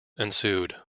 ensued